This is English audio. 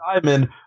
diamond